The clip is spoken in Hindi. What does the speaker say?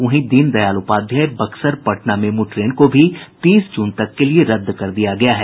वहीं दीनदयाल उपाध्याय बक्सर पटना मेमू ट्रेन को भी तीस जून तक रद्द कर दिया गया है